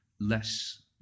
less